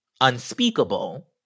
unspeakable